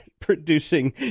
producing